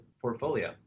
portfolio